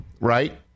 Right